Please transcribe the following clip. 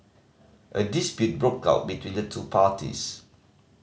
a dispute broke out between the two parties